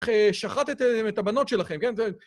איך שחטתם את הבנות שלכם, כן?